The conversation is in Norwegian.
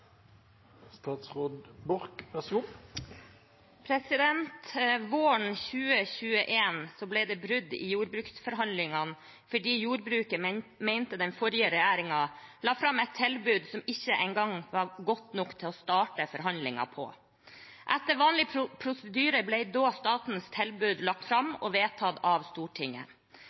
Våren 2021 ble det brudd i jordbruksforhandlingene fordi jordbruket mente den forrige regjeringen la fram et tilbud som ikke engang var godt nok til å starte forhandlinger på. Etter vanlig prosedyre ble da statens tilbud lagt fram og vedtatt av Stortinget.